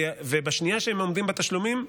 ובשנייה שהם עומדים בתשלומים,